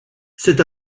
cet